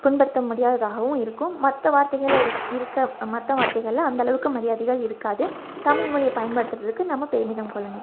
புண்படுத்த முடியாததாகவும் இருக்கும் மற்ற வார்த்தைகளில் இரு இருக்க மற்ற வார்த்தைகளில் அந்தளவுக்கு மரியாதைகள் இருக்காது தமிழ் மொழியை பயன்படுத்துறதுக்கு நம்ம பெருமிதம் கொள்ளணும்